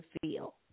feel